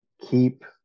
keep